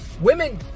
women